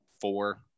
four